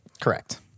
Correct